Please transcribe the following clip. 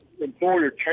employer